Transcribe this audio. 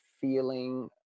feeling